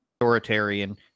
authoritarian